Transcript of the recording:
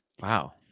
Wow